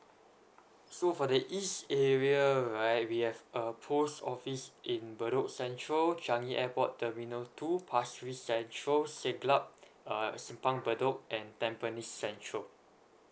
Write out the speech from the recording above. so for the east area right we have a post office in bedok central changi airport terminal two parsley central seplak uh simpang bedok and tampines central